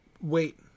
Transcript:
Wait